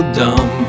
dumb